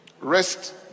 rest